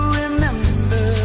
remember